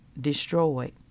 destroyed